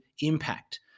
impact